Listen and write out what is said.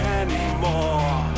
anymore